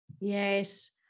Yes